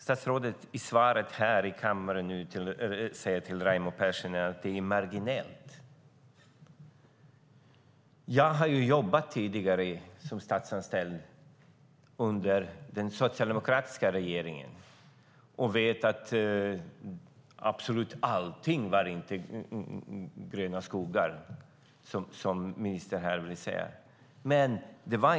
Statsrådet säger till Raimo Pärssinen i svaret här i kammaren att det är marginellt. Jag har tidigare jobbat som statsanställd under den socialdemokratiska regeringen. Jag vet att allting inte var gröna skogar, som ministern sade här.